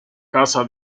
casa